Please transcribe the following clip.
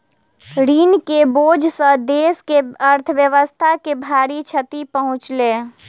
ऋण के बोझ सॅ देस के अर्थव्यवस्था के भारी क्षति पहुँचलै